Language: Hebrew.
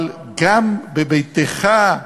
אבל גם בביתך,